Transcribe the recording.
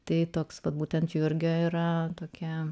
tai toks pat būtent jurgio yra tokia